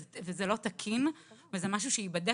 זה לא תקין וזה ייבדק.